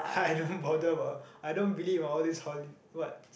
I don't bother about I don't believe about all these holi~ what